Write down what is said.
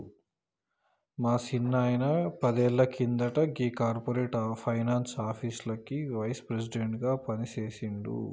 మా సిన్నాయిన పదేళ్ల కింద గీ కార్పొరేట్ ఫైనాన్స్ ఆఫీస్లకి వైస్ ప్రెసిడెంట్ గా పనిజేసిండు